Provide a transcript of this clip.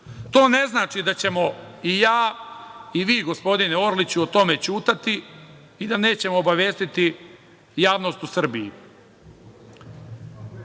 To ne znači da ćemo i ja i vi gospodine Orliću, o tome ćutati i da nećemo obavestiti javnost u